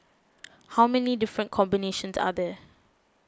how many different combinations are there